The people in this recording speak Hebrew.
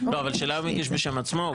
הוא הגיש בשם עצמו או בשם הסיעה?